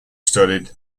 studied